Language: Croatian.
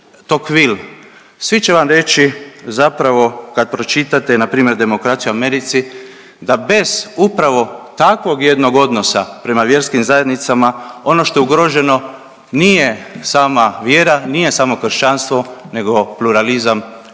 Svi će vam reći zapravo kad pročitate na primjer demokraciju u Americi da bez upravo takvog jednog odnosa prema vjerskim zajednicama ono što je ugroženo nije sama vjera, nije samo kršćanstvo, nego pluralizam